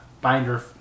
binder